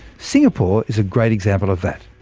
singapore is a great example of that.